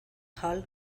hall